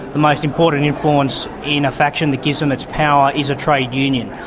the most important influence in a faction that gives them its power is a trade union,